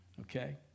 Okay